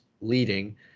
leading